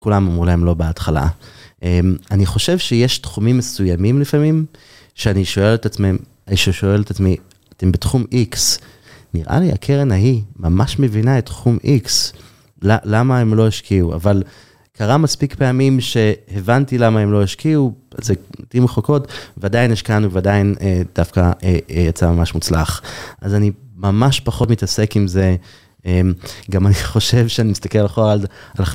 כולם אמרו להם לא בהתחלה. אני חושב שיש תחומים מסוימים לפעמים, שאני שואל את עצמם, שאני שואל את עצמי, אם בתחום X, נראה לי הקרן ההיא ממש מבינה את תחום X, למה הם לא השקיעו, אבל קרה מספיק פעמים שהבנתי למה הם לא השקיעו, אז לעיתים רחוקות, ודאי השקענו, ודאי דווקא יצא ממש מוצלח. אז אני ממש פחות מתעסק עם זה, גם אני חושב שאני מסתכל הכל על...